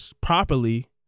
properly